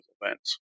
events